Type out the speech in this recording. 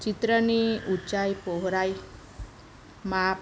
ચિત્રની ઊંચાઈ પોહળાઈ માપ